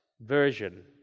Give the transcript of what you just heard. version